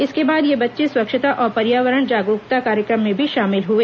इसके बाद ये बच्चे स्वच्छता और पर्यावरण जागरूकता कार्यक्रम में भी शामिल हए